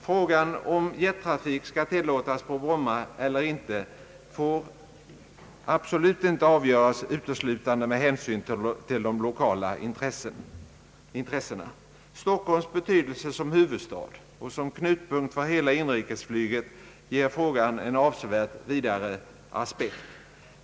Frågan huruvida jettrafik skall tillåtas på Bromma får absolut icke avgöras uteslutande med hänsyn till de lokala intressena. Stockholms betydelse som huvudstad och som knutpunkt för hela inrikesflyget ger frågan en avsevärt vidare aspekt.